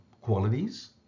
qualities